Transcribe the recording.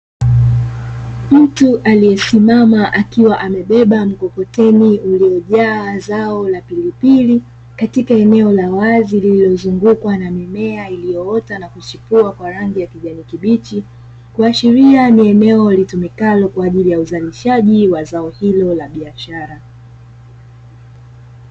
Mtu aliyesimama akiwa amebeba mkokoteni uliojaa zao la pilipili, katika eneo la wazi lililozungukwa na mimea iliyoota na kuchipua kwa rangi ya kijani kibichi, kuashiria ni eneo litumikalo kwa ajili ya uzalishaji wa zao hilo la biashara.